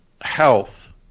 health